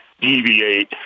deviate